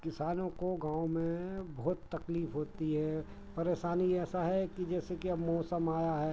किसानों को गाँव में बहुत तकलीफ़ होती है परेशानी ऐसा है कि जैसे कि अब मौसम आया है